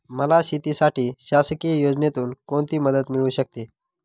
मला शेतीसाठी शासकीय योजनेतून कोणतीमदत मिळू शकते?